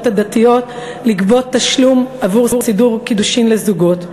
הדתיות לגבות תשלום עבור סידור קידושין לזוגות,